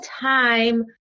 time